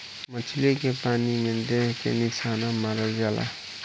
मछली के पानी में देख के निशाना मारल जाला